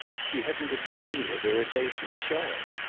she hadn't a gleam of irritation to show him.